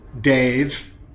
Dave